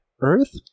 earth